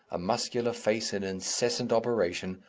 a muscular face in incessant operation,